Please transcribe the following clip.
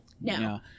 No